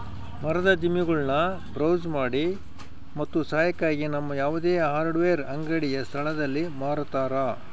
ಮರದ ದಿಮ್ಮಿಗುಳ್ನ ಬ್ರೌಸ್ ಮಾಡಿ ಮತ್ತು ಸಹಾಯಕ್ಕಾಗಿ ನಮ್ಮ ಯಾವುದೇ ಹಾರ್ಡ್ವೇರ್ ಅಂಗಡಿಯ ಸ್ಥಳದಲ್ಲಿ ಮಾರತರ